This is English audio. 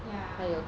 ya